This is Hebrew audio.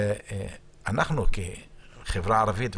כחברה ערבית,